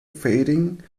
fading